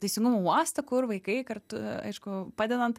teisingumo uostą kur vaikai kartu aišku padedant